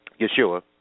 Yeshua